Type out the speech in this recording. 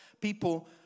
People